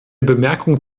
bemerkung